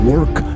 Work